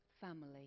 family